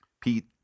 Pete